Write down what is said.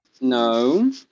No